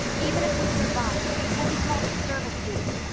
even if we survive, we'll be called a service-doer,